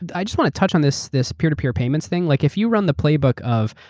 and i just want to touch on this this peer-to-peer payments thing. like if you run the playbook of,